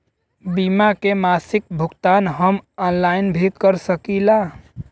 बीमा के मासिक भुगतान हम ऑनलाइन भी कर सकीला?